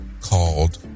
called